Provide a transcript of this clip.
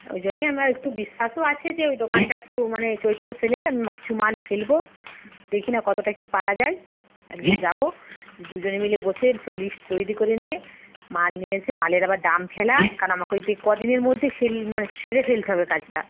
ওই জন্যেই আমার একটু বিশ্বাসও আছে যে ওই দোকানটা একটু মানে চৈত্র সেলে কিছু মাল ফেলবো দেখি না কতটা কী পারা যায় একদিন যাবো দুজনে মিলে বসে সব লিস্ট তৈরি করে নিয়ে মাল নিয়ে এসে মালের আবার দাম ফেলা কারণ আমাকে ওই তে কদিনের মধ্যে সেল মানে সেরে ফেলতে হবে ওই কাজটা